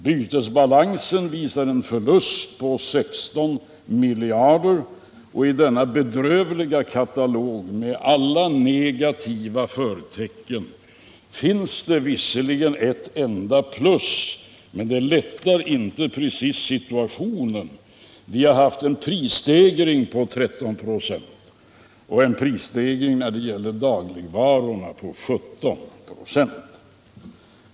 Bytesbalansen visar en förlust på 16 miljarder. I denna bedrövliga katalog med alla negativa förtecken finns visserligen ett enda plus, men det gör inte precis situationen ljusare: vi har haft en allmän prisstegring på 13 96 och en prisstegring när det gäller dagligvarorna på 17 96.